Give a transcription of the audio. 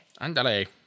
Andale